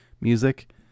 music